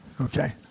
okay